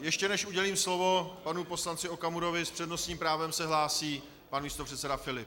Ještě než udělím slovo panu poslanci Okamurovi, s přednostním právem se hlásí pan místopředseda Filip.